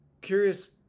curious